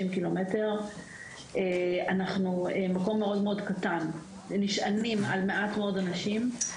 אנחנו מקום מאוד מאוד קטן ונשענים על מעט מאוד אנשים.